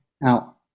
Now